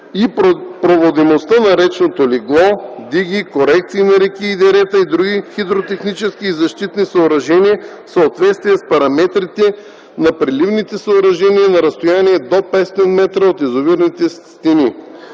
и проводимостта на речното легло, диги, корекции на реки и дерета и други хидротехнически и защитни съоръжения в съответствие с параметрите на преливните съоръжения на разстояние до 500 м от язовирните стени.”